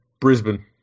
Brisbane